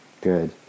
Good